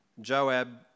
Joab